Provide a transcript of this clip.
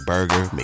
Burger